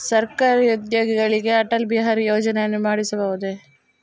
ಸರಕಾರಿ ಉದ್ಯೋಗಿಗಳಿಗೆ ಅಟಲ್ ಬಿಹಾರಿ ಯೋಜನೆಯನ್ನು ಮಾಡಿಸಬಹುದೇ?